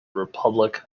republic